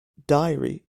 diary